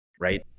right